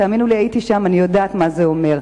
תאמינו לי, אני הייתי שם, ואני יודעת מה זה אומר.